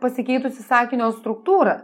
pasikeitusi sakinio struktūra